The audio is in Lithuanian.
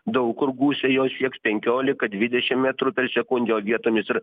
daug kur gūsiai jo sieks penkiolika dvidešim metrų per sekundę o vietomis ir